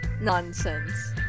nonsense